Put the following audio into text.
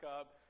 up